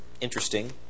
Interesting